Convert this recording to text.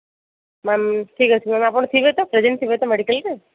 ma'am ଠିକ୍ ଅଛି ma'am ଆପଣ ଥିବେ ତ ପ୍ରେଜେଣ୍ଟ୍ ଥିବେ ତ ମେଡିକାଲ୍ରେ